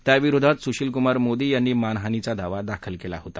त्याविरोधात सुशील कुमार मोदी यांनी मानहानीचा दावा दाखल केला होता